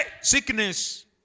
sickness